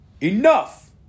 Enough